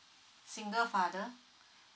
single father